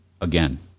again